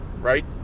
Right